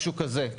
משהו כזה.